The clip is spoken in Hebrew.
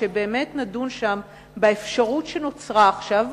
שבאמת נדון שם באפשרות שנוצרה עכשיו,